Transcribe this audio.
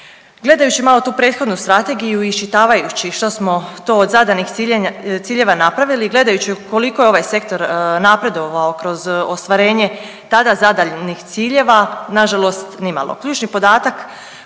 Gledajući malo tu prethodnu strategiju i iščitavajući što smo to od zadanih ciljeva napravili, gledajući koliko je ovaj sektor napredovao kroz ostvarenje tada zadanih ciljeva na žalost ni malo. Ključni podatak